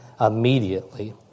immediately